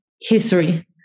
history